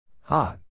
Hot